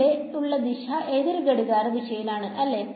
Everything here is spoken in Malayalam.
ഇവിടെ ഉള്ള ദിശ എതിർ ഘടികാര ദിശയാണ് അല്ലേ